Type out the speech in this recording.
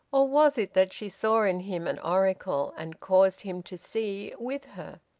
or was it that she saw in him an oracle, and caused him to see with her?